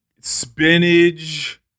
spinach